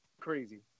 crazy